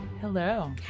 Hello